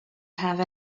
have